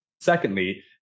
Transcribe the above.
Secondly